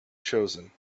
chosen